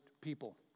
people